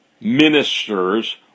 ministers